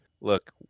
Look